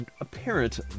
apparent